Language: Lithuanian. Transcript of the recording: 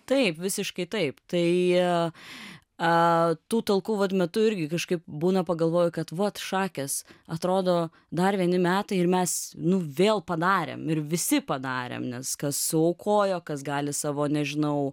taip visiškai taip tai tų talkų vat metu irgi kažkaip būna pagalvoju kad vat šakės atrodo dar vieni metai ir mes nu vėl padarėm ir visi padarėm nes kas suaukojo kas gali savo nežinau